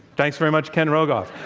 thanks very much, ken rogoff.